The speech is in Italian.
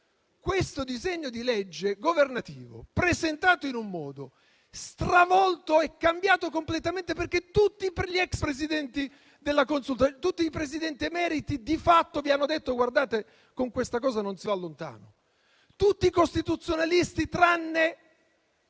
questo disegno di legge governativo, presentato in un modo, poi stravolto e cambiato completamente - tutti gli ex presidenti della Consulta e tutti i Presidenti emeriti di fatto vi hanno detto che con questa riforma non si va lontano, e tutti i costituzionalisti, tranne